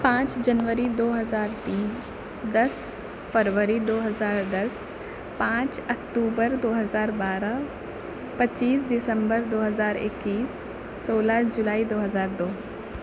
پانچ جنوری دو ہزار تین دس فروری دو ہزار دس پانچ اکتوبر دو ہزار بارہ پچیس دسمبر دو ہزار اکیس سولہ جولائی دو ہزار دو